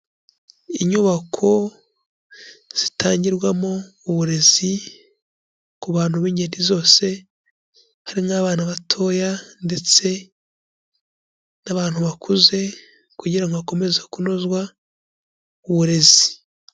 Inyubako zitangirwamo uburezi ku bantu b'ingeri zose harimo abana batoya ndetse n'abantu bakuze kugira ngo hakomeze kunozwa uburezi.